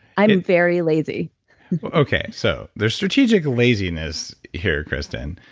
i'm very lazy but okay, so there's strategic laziness here, kristen.